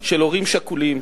של הורים שכולים,